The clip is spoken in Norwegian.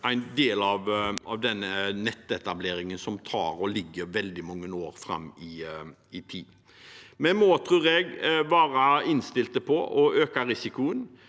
en del av nettetableringen som ligger veldig mange år fram i tid. Vi må, tror jeg, være innstilt på å øke risikoen.